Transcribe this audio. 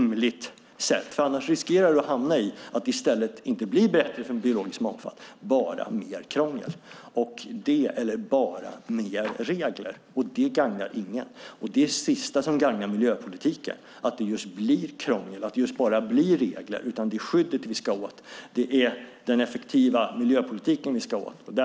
Annars riskerar man att hamna i att det inte blir bättre för den biologiska mångfalden utan bara mer krångel eller mer regler. Det gagnar ingen. Det sista som gagnar miljöpolitiken är att det just blir krångel och regler, utan det är skyddet vi ska ha. Det är den effektiva miljöpolitiken som vi måste komma åt.